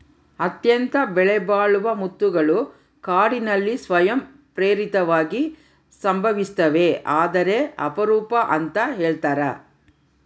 ಅತ್ಯಂತ ಬೆಲೆಬಾಳುವ ಮುತ್ತುಗಳು ಕಾಡಿನಲ್ಲಿ ಸ್ವಯಂ ಪ್ರೇರಿತವಾಗಿ ಸಂಭವಿಸ್ತವೆ ಆದರೆ ಅಪರೂಪ ಅಂತ ಹೇಳ್ತರ